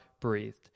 breathed